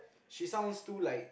she sounds too like